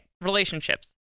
Relationships